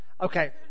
Okay